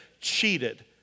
cheated